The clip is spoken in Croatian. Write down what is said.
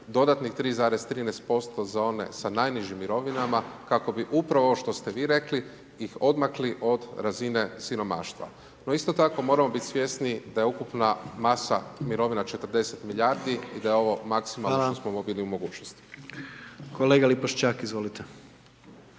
dodatnih 3,13S% za one sa najnižim mirovinama, kako bi upravo ovo što ste vi rekli i odmakli od razine siromaštva. Isto tako moramo biti svijesti da je ukupna masa mirovina 40 milijardi i da je ovo maksimalno što smo mogli mogućnosti. **Jandroković,